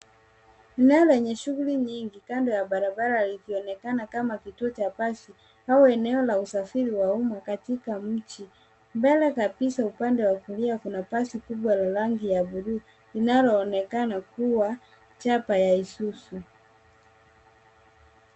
Mtaa wenye shughuli nyingi. Kando ya barbara likionekana kama kituo cha basi au eneo la usafiri wa umma katika mji mbele kabisa upande wa kulia kuna basi kubwaa rangi ya blue linaloonekana kuwa java ya izuzu.